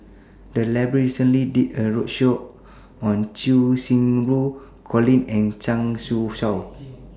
The Library recently did A roadshow on Cheng Xinru Colin and Zhang Shushuo